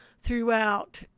throughout